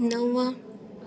नव